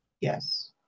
Yes